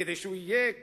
כדי שהוא יהיה או-טו-טו,